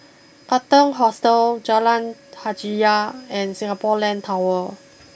Katong Hostel Jalan Hajijah and Singapore Land Tower